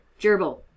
Gerbil